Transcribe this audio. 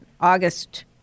August